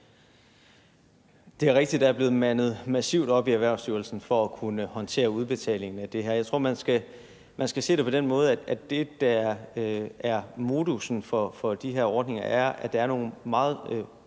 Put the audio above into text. Det er rigtigt, at bemandingen er øget massivt i Erhvervsstyrelsen for at kunne håndtere udbetalingen af det her. Jeg tror, at man skal se det på den måde, at det, der er modussen for de her ordninger, er, at der er nogle meget